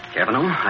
Cavanaugh